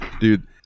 Dude